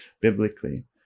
biblically